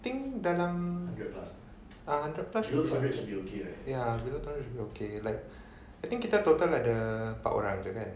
I think dalam err a hundred plus ya below two hundred should be okay like I think kita total ada empat orang jer